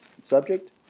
subject